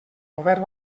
govern